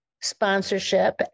sponsorship